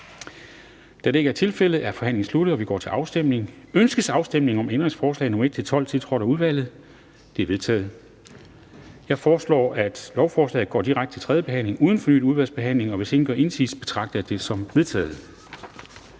Kl. 10:04 Afstemning Formanden (Henrik Dam Kristensen): Ønskes afstemning om ændringsforslag nr. 1-12, tiltrådt af udvalget? De er vedtaget. Jeg foreslår, at lovforslaget går direkte til tredje behandling uden fornyet udvalgsbehandling. Hvis ingen gør indsigelse, betragter jeg det som vedtaget.